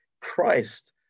Christ